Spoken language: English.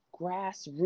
grassroots